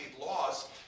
laws